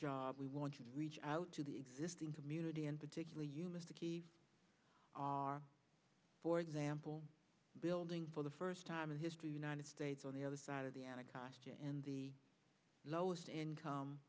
job we want to reach out to the existing community and particularly you mister are for example building for the first time in history united states on the other side of the anacostia and the lowest income